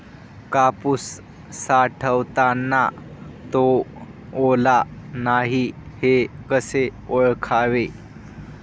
कापूस साठवताना तो ओला नाही हे कसे ओळखावे?